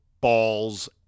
ball's